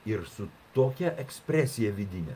ir su tokia ekspresija vidine